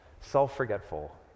self-forgetful